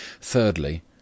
thirdly